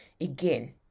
again